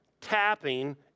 tapping